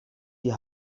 die